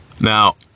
Now